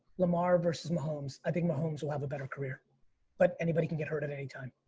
lamar versus mahomes, i think mahomes will have a better career but anybody can get hurt at any time.